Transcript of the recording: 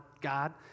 God